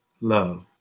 love